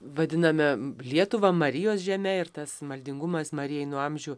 vadiname lietuvą marijos žeme ir tas maldingumas marijai nuo amžių